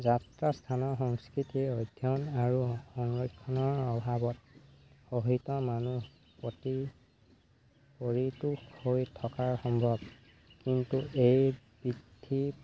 যাত্ৰা স্থানৰ সংস্কৃতি অধ্যয়ন আৰু সংৰক্ষণৰ অভাৱত শহিত মানুহ প্ৰতি পৰিতোষ হৈ থকাৰ সম্ভৱ কিন্তু এই বৃদ্ধি